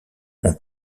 mon